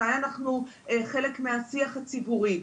מתי אנחנו חלק מהשיח הציבורי.